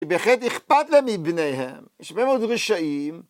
וכן אכפת לה מבניהם. יש בהם עוד רשעים.